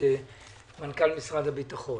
מנכ"ל משרד הביטחון.